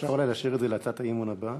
אפשר אולי להשאיר את זה להצעת האי-אמון הבאה?